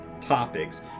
topics